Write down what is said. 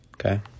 Okay